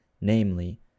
namely